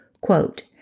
Quote